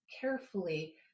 carefully